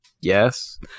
yes